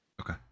Okay